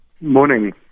Morning